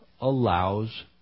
allows